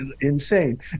insane